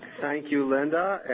thank you, linda,